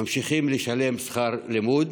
ממשיכים לשלם שכר לימוד